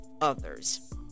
others